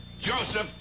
Joseph